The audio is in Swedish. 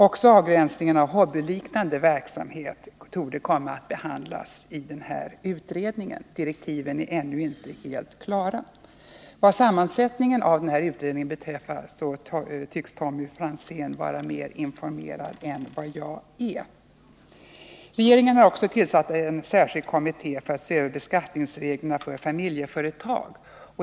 Också avgränsningen av hobbyliknande verksamhet torde komma att behandlas i den här utredningen. Direktiven är ännu inte helt klara. Vad sammansättningen av utredningen beträffar tycks Tommy Franzén vara mer informerad än vad jag är. Regeringen har också tillsatt en särskild kommitté för att se över beskattningsreglerna för familjeföretag.